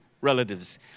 relatives